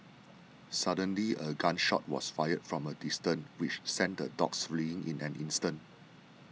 suddenly a gun shot was fired from a distance which sent the dogs fleeing in an instant